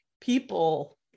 people